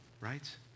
right